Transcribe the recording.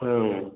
हाँ